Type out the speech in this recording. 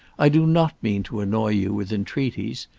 i do not mean to annoy you with entreaties.